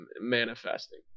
manifesting